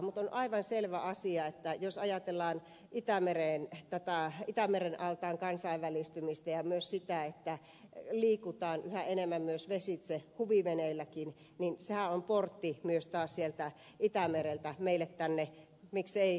mutta on aivan selvä asia että jos ajatellaan itämeren altaan kansainvälistymistä ja myös sitä että liikutaan yhä enemmän myös vesitse huviveneilläkin niin sehän on portti myös taas sieltä itämereltä meille tänne miksei vaikka ed